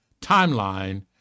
timeline